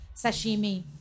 sashimi